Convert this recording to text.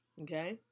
okay